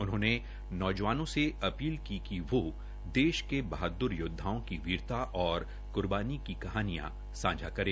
उन्होंने नौजवानों से े अपील की कि देश के बहादर योद्वाओं की वीरता और कुर्बानी की कहानियां सांझा करें